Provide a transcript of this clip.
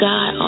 God